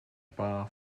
bar